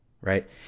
right